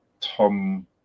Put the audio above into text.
Tom